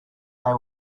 they